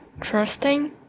trusting